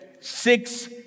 six